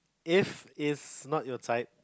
if if not your type